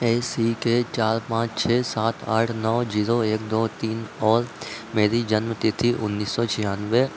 ए C के चार पाँच छः सात आठ नौ जीरो एक दो तीन और मेरी जन्म तिथि उन्नीस सौ छियानवे